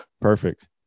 Perfect